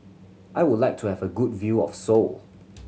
I would like to have a good view of Seoul